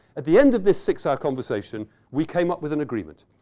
at the end of this six hour conversation, we came up with an agreement.